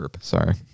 Sorry